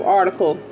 article